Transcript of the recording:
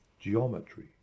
Geometry